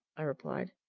i replied.